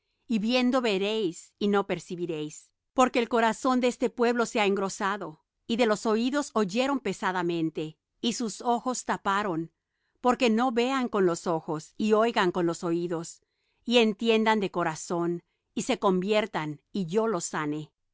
y viendo veréis y no percibiréis porque el corazón de este pueblo se ha engrosado y de los oídos oyeron pesadamente y sus ojos taparon porque no vean con los ojos y oigan con los oídos y entiendan de corazón y se conviertan y yo los sane